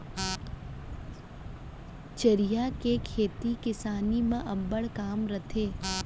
चरिहा के खेती किसानी म अब्बड़ काम रथे